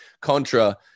contra